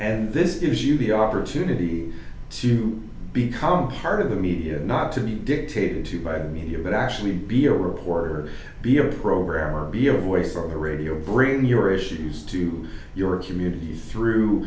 and this is you the opportunity to become part of the media not to be dictated to by the media but actually be a reporter be a programmer be a voice for the radio bring your issues to your community through